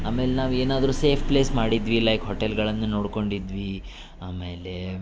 ಆಮೇಲೆ ನಾವು ಏನಾದರೂ ಸೇಫ್ ಪ್ಲೇಸ್ ಮಾಡಿದ್ವಿ ಲೈಕ್ ಹೋಟೆಲ್ಗಳನ್ನ ನೋಡ್ಕೊಂಡಿದ್ವಿ ಆಮೇಲೆ